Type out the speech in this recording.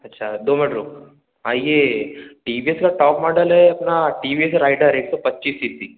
अच्छा दो मिनट रुक भाई ये टी वी एस का टॉप मॉडल है अपना टी वी एस राइडर एक सौ पच्चीस सी सी